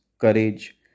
courage